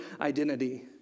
identity